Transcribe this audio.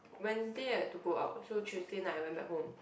Wednesday I have to go out so Tuesday night I went back home